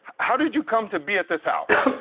how did you come to be at this house?